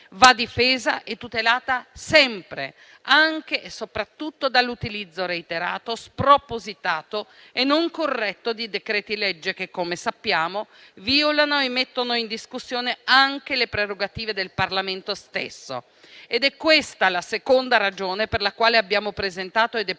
va difesa e tutelata sempre, anche e soprattutto dall'utilizzo reiterato, spropositato e non corretto di decreti-legge che, come sappiamo, violano e mettono in discussione anche le prerogative del Parlamento stesso. È questa la seconda ragione per la quale abbiamo presentato e